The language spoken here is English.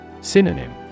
Synonym